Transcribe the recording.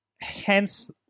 Hence